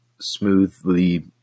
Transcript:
smoothly